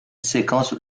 séquence